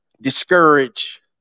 discourage